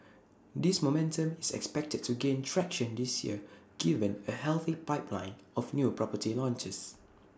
this momentum is expected to gain traction this year given A healthy pipeline of new property launches